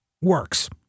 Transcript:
works